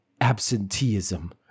absenteeism